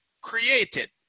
created